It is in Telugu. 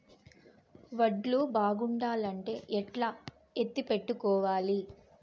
వడ్లు బాగుండాలంటే ఎట్లా ఎత్తిపెట్టుకోవాలి?